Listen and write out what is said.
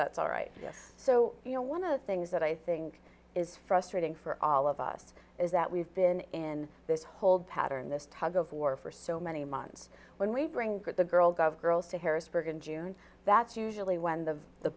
that's all right so you know one of the things that i think is frustrating for all of us is that we've been in this whole pattern this tug of war for so many months when we bring the girls of girls to harrisburg in june that's usually when the the